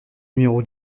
numéro